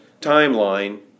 timeline